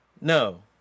no